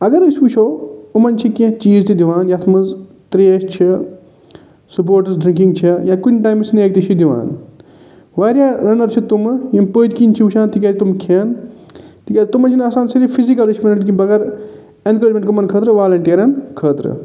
اگر أسۍ وٕچھَو یِمَن چھِ کیٚنہہ چیٖز تہِ دِوان یَتھ منٛز تریش چھِ سَپورٹٕس ڈِرنکِنٛگ چھِ یا کُنہِ ٹایمہٕ سِنیک تہِ چھِ دِوان واریاہ رَنَر چھِ تٔمہٕ یِم پٔتۍ کِنۍ چھِ وٕچھان تِکیٛازِ تم کھیٚن تِکیٛازِ تمَن چھِنہٕ آسان صرف فِزِکَلٕچ بہٕ کر اٮ۪نکوریجمینٛٹ کٔمَن خٲطرٕ والینٹیرَن خٲطر